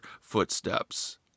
footsteps